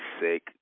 sick